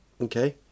Okay